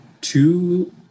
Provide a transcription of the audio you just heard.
two